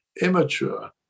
immature